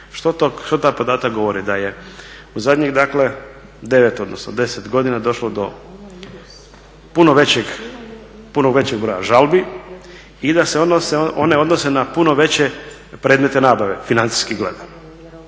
Što taj podatak govori? Da je u zadnjih, dakle, 9, odnosno 10 godina došlo do puno većeg broja žalbi i da se one odnose na puno veće predmete nabave, financijski gledano.